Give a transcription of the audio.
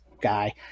guy